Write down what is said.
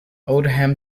oldham